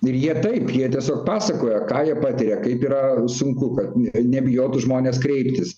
ir jie taip jie tiesiog pasakojo ką jie patiria kaip yra sunku kad ne nebijotų žmonės kreiptis